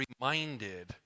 reminded